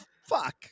fuck